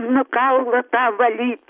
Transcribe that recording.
nu kaulą tą valyt